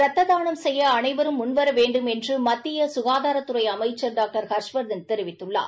ரத்த தானம் செய்ய அனைவரும் முன் வரவேண்டும் என்று மத்திய சுகாதார அமைச்சர் திரு ஹர்ஷ்வர்தன் தெரிவித்துள்ளார்